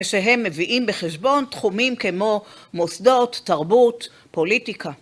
כשהם מביאים בחשבון תחומים כמו מוסדות, תרבות, פוליטיקה.